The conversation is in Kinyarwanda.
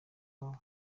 wabo